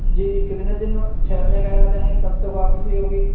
جی جی کتنے دن ٹھہرنے کا ارادہ ہے کب تک واپسی ہوگی